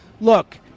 look